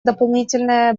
дополнительное